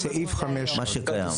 מה שקיים.